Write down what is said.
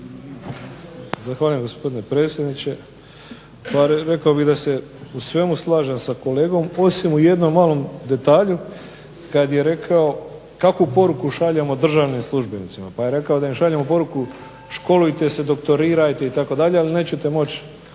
Zahvaljujem gospodine predsjedniče. Pa rekao bih da se u svemu slažem sa kolegom osim u jednom malom detalju kad je rekao kakvu poruku šaljemo državnim službenicima pa je rekao da im šaljemo poruku školujte se, doktorirajte itd., ali nećete moći